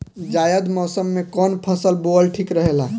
जायद मौसम में कउन फसल बोअल ठीक रहेला?